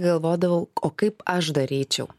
galvodavau o kaip aš daryčiau